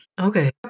Okay